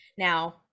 Now